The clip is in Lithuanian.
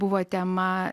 buvo tema